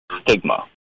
stigma